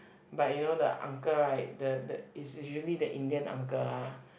but you know the uncle right the the is usually the Indian uncle lah